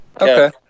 Okay